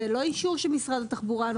זה לא אישור של משרד התחבורה.